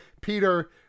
Peter